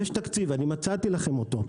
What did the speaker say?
יש תקציב, מצאתי לכם אותו.